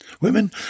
Women